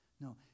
No